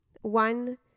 One